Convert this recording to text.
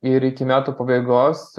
ir iki metų pabaigos